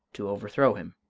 to overthrow him.